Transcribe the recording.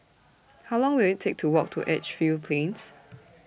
How Long Will IT Take to Walk to Edgefield Plains